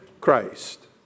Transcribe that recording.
Christ